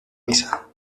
misa